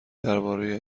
درباره